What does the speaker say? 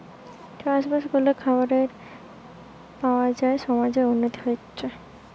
চাষ বাস করলে খাবার পাওয়া যায় সমাজের উন্নতি হতিছে